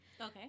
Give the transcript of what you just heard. Okay